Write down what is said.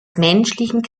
menschlichen